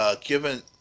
Given